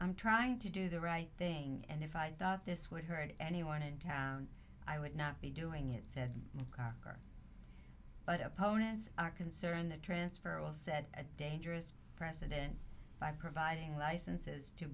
i'm trying to do the right thing and if i thought this would hurt anyone in town i would not be doing it said car but opponents are concerned the transfer will said a dangerous precedent by providing licenses to